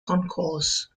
concourse